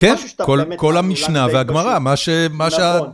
כן, כל המשנה והגמרא, מה ש...